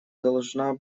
должна